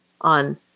on